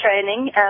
training